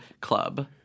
club